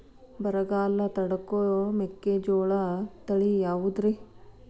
ಬರಗಾಲ ತಡಕೋ ಮೆಕ್ಕಿಜೋಳ ತಳಿಯಾವುದ್ರೇ?